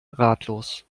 ratlos